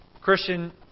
Christian